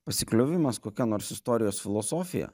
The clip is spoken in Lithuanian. pasikliovimas kokia nors istorijos filosofija